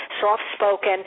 soft-spoken